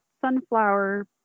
sunflower